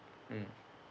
mm